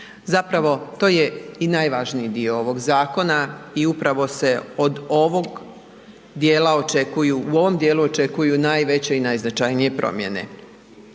Zapravo to je i najvažniji ovog zakona i upravo se u ovom dijelu očekuju najveće i najznačajnije promjene.